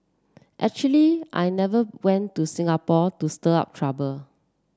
actually I never went to Singapore to stir up trouble